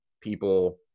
people